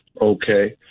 Okay